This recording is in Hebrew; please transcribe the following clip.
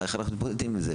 איך אנחנו מתמודדים עם זה?